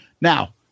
now